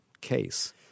case